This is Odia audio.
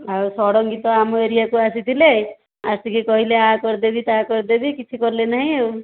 ଆଉ ଷଡ଼ଙ୍ଗୀ ତ ଆମ ଏରିଆକୁ ଆସିଥିଲେ ଆସିକି କହିଲେ ଏହା କରିଦେବି ତାହା କରିଦେବି କିଛି କଲେ ନାହିଁ ଆଉ